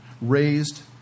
raised